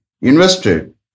invested